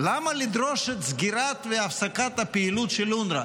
למה לדרוש את סגירת והפסקת הפעילות של אונר"א?